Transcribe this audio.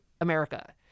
America